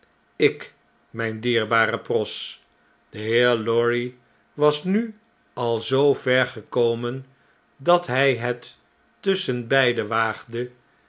lk mjjn dierbare pross de heer lorry was nu al zoo ver gekomen dat hg het tusschenbeide waagde